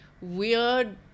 weird